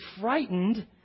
frightened